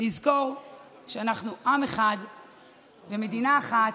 נזכור שאנחנו עם אחד ומדינה אחת.